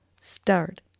start